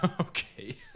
Okay